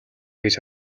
гэж